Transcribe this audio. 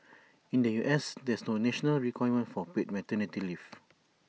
in the U S there's no national requirement for paid maternity leave